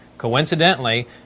Coincidentally